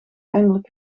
eindelijk